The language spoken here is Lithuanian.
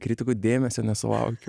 kritikų dėmesio nesulaukiu